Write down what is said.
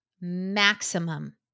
maximum